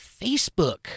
Facebook